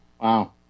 Wow